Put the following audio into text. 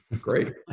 great